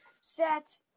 set